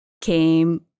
came